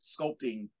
sculpting